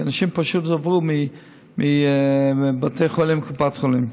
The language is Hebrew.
כי אנשים פשוט עברו מבתי חולים לקופת חולים.